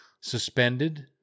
suspended